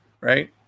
right